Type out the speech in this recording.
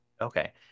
Okay